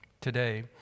today